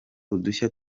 udushya